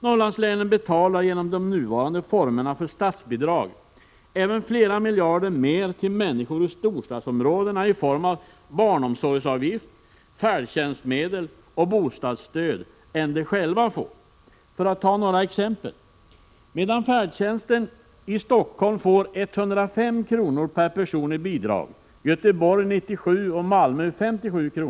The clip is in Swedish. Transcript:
Norrlandslänen betalar genom de nuvarande formerna för statsbidrag även flera miljarder mer till människor i storstadsområdena i form av barnomsorgsavgift, färdtjänstmedel och bostadsstöd än de själva får. Låt mig ta några exempel. Medan färdtjänsten i Stockholm får 105 kr., Göteborg 97 kr. och Malmö 57 kr.